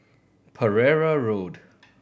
Pereira Road